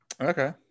Okay